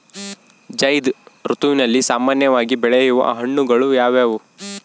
ಝೈಧ್ ಋತುವಿನಲ್ಲಿ ಸಾಮಾನ್ಯವಾಗಿ ಬೆಳೆಯುವ ಹಣ್ಣುಗಳು ಯಾವುವು?